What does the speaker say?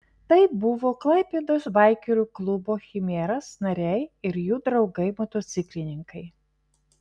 tai buvo klaipėdos baikerių klubo chimeras nariai ir jų draugai motociklininkai